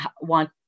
want